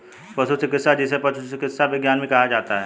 पशु चिकित्सा, जिसे पशु चिकित्सा विज्ञान भी कहा जाता है